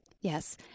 Yes